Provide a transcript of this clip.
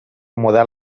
model